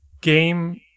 game